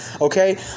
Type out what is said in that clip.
okay